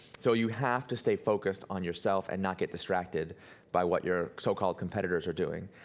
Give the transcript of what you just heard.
so you have to stay focused on yourself and not get distracted by what your so-called competitors are doing,